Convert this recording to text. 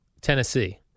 Tennessee